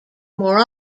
more